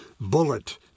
Bullet